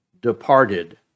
departed